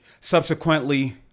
Subsequently